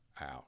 out